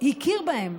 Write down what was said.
הכיר בהם,